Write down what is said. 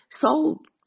sold